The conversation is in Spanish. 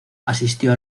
asistió